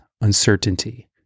uncertainty